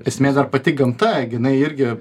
esmė dar pati gamta gi jinai irgi